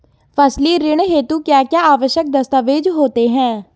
फसली ऋण हेतु क्या क्या आवश्यक दस्तावेज़ होते हैं?